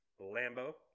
Lambo